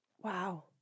Wow